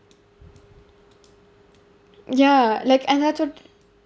ya like and that's what